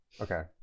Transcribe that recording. okay